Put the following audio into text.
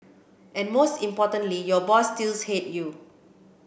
and most importantly your boss still hates you